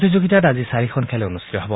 প্ৰতিযোগিতাত আজি চাৰিখন খেল অনুষ্ঠিত হ'ব